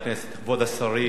כבוד השרים,